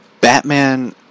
Batman